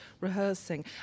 rehearsing